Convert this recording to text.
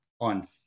on